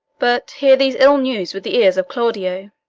but hear these ill news with the ears of claudio.